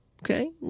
Okay